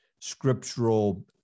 scriptural